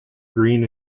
green